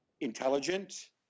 intelligent